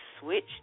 switch